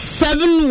seven